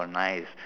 nice